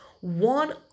one